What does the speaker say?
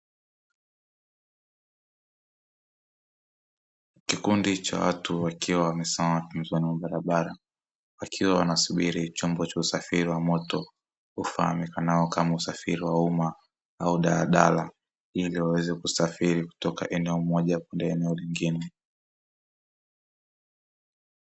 Kikundi cha watu wakiwa wamesimama pembezoni mwa barabara wakiwa wanasubiri chombo cha usafiri wa moto ufahamikanao kama usafiri wa umma au daladala, ili waweze kusafiri kutoka eneo moja kwenda eneo lingine.